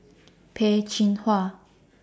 Peh Chin Hua